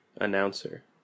Announcer